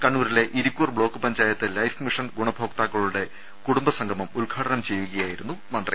കണ്ണൂരിലെ Irikkur block panchayat life mission ഗുണഭോക്താക്കളുടെ കുടുംബസംഗമം ഉദ്ഘാടനം ചെയ്യുകയായിരുന്നു മന്ത്രി